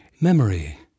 Memory